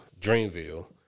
Dreamville